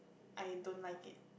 I don't like it